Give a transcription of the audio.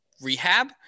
rehab